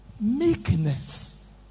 Meekness